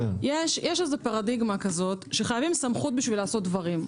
יש פרדיגמה שחייבים סמכות בשביל לעשות דברים.